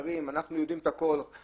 אנחנו רואים את העניין הזה נכוחה.